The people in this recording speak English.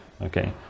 okay